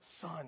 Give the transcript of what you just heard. Son